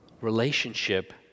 relationship